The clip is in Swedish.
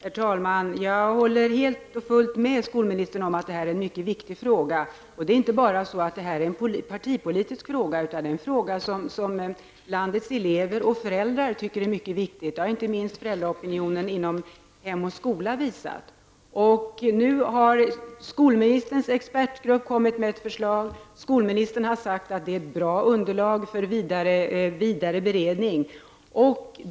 Herr talman! Jag håller helt och fullt med skolministern om att detta är en mycket viktig fråga. Det är inte bara en partipolitisk fråga utan också en fråga som landets elever och föräldrar tycker är mycket viktig. Det har inte minst föräldraopinionen inom Hem och Skola visat. Nu har skolministerns expertgrupp lagt fram ett förslag. Skolministern har sagt att det är ett bra underlag för vidare beredning.